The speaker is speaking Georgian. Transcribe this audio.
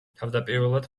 თავდაპირველად